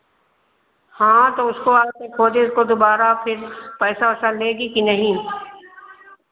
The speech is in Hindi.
हाँ तो उसको आ के खोदिए उसको दुबारा फिर पैसा वैसा लेगी की नहीं